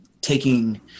taking